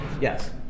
Yes